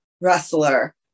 wrestler